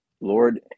Lord